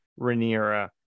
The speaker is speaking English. Rhaenyra